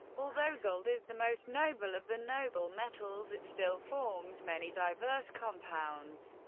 although gold is the most noble of the noble metals, it still forms many diverse compounds.